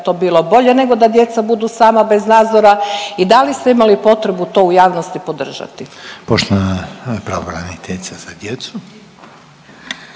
bi to bilo bolje nego da djeca budu sama bez nadzora i da li ste imali potrebu to u javnosti podržati? **Reiner, Željko